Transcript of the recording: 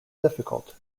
difficult